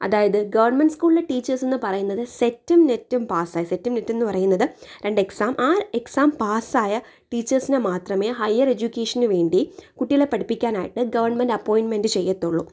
അതായത് ഗവൺമെന്റ് സ്കൂളിലെ ടീച്ചേർസ് എന്ന് പറയുന്നത് സെറ്റും നെറ്റും പാസായി സെറ്റും നെറ്റും എന്ന് പറയുന്നത് രണ്ടു എക്സാം ആ എക്സാം പാസായ ടീച്ചേഴ്സിനെ മാത്രമേ ഹയര് എജ്യൂക്കേഷന് വേണ്ടി കുട്ടികളെ പഠിപ്പിക്കാൻ ആയിട്ട് ഗവൺമെൻറ് അപ്പോയിൻമെന്റ് ചെയ്യത്തുള്ളൂ